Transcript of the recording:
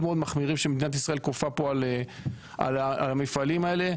מחמירים שמדינת ישראל כופה פה על המפעלים האלה,